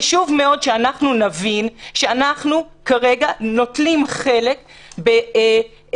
חשוב מאוד שאנחנו נבין שאנחנו כרגע נוטלים חלק כמעט